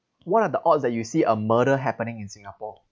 what are the odds that you see a murder happening in singapore